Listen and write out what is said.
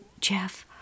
Jeff